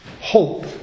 hope